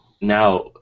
now